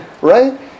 right